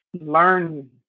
learn